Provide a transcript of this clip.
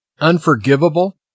unforgivable